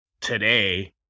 today